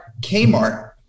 Kmart